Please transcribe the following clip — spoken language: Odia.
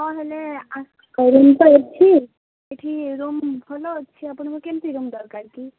ହଁ ହେଲେ ରୁମ୍ ତ ଅଛି ସେଠି ରୁମ୍ ଭଲ ଅଛି ଆପଣଙ୍କୁ କେମିତି ରୁମ୍ ଦରକାର କି